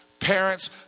Parents